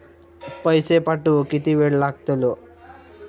पैशे पाठवुक किती वेळ लागतलो?